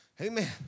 Amen